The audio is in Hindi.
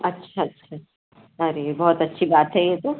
अच्छा अच्छा अच्छा अरे बहुत अच्छी बात है ये तो